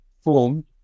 formed